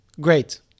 Great